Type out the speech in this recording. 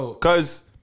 Cause